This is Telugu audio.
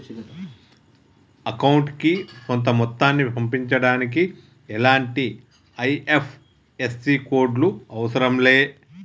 అకౌంటుకి కొంత మొత్తాన్ని పంపించడానికి ఎలాంటి ఐ.ఎఫ్.ఎస్.సి కోడ్ లు అవసరం లే